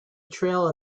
trail